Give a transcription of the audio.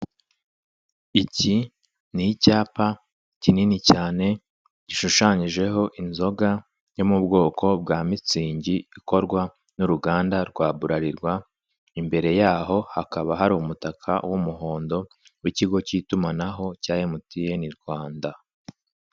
Iki ni icyapa kinini cyane gishushanyijeho inzoga yo mu bwoko bwa mitsingi ikorwa n'uruganda rwa burarirwa imbere yaho hakaba hari umutaka w'umuhondo w'ikigo k'itumanaho cya emutiyeni Rwanda.